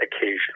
occasion